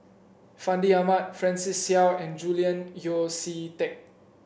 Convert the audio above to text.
Fandi Ahmad Francis Seow and Julian Yeo See Teck